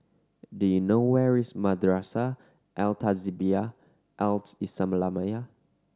do you know where is Madrasah Al Tahzibiah Al Islamiah